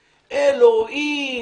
אלוהים,